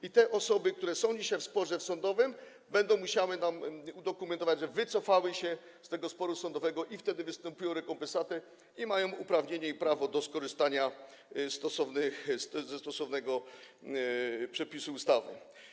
I te osoby, które są dzisiaj w sporze sądowym, będą musiały nam udokumentować, że wycofały się z tego sporu sądowego, i wtedy wystąpią o rekompensatę i mają uprawnienie i prawo do skorzystania ze stosownego przepisu ustawy.